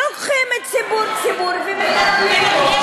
לוקחים ציבור-ציבור ומטפלים בו.